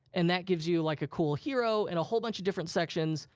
and that gives you like a cool hero and whole bunch of different sections,